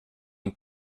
and